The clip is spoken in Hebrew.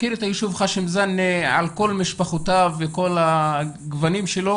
מכיר את היישוב חאשם זאנה על כל משפחותיו וכל הגוונים שלו.